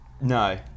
No